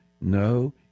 No